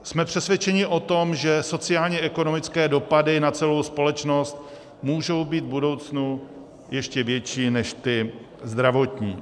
Jsme přesvědčeni o tom, že sociálněekonomické dopady na celou společnost můžou být v budoucnu ještě větší než ty zdravotní.